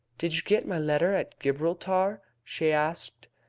didn't you get my letter at gibraltar? she asked.